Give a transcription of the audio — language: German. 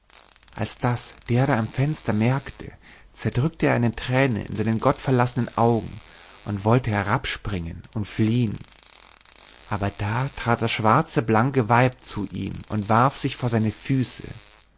als das der da am fenster merkte zerdrückte er eine träne in seinen gottverlassenen augen und wollte herab springen und fliehn aber da trat das schwarze blanke weib zu ihm und warf sich vor seine füße